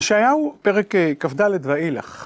ישעיהו פרק כד ואילך.